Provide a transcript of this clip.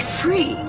free